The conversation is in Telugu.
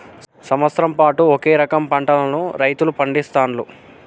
సంవత్సరం పాటు ఒకే రకం పంటలను రైతులు పండిస్తాండ్లు